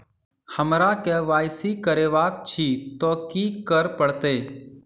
हमरा केँ Y C करेवाक अछि तऽ की करऽ पड़तै?